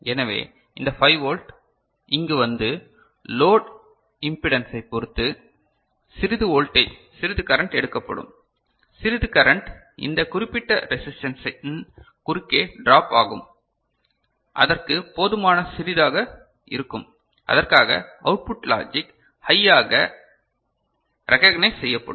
எனவே இந்த 5 வோல்ட் இங்கு வந்து லோட் இம்பீடேன்சை பொருத்து சிறிது வோல்டேஜ் சிறிது கரண்ட் எடுக்கப்படும் சிறிது கரண்ட் இந்த குறிப்பிட்ட ரேசிஸ்டன்ஸ் இன் குறுக்கே டிராப் ஆகும் அதற்காக போதுமான சிறிதாக இருக்கும் அதற்காக அவுட்புட் லாஜிக் ஹையாக ரெகக்னைஸ் செய்யப்படும்